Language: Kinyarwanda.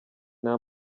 nta